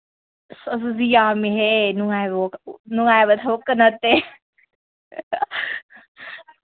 ꯑꯁ ꯑꯗꯨꯗꯤ ꯌꯥꯝꯃꯤꯍꯦ ꯅꯨꯡꯉꯥꯏꯕ ꯅꯨꯡꯉꯥꯏꯕ ꯊꯕꯛꯀ ꯅꯠꯇꯦ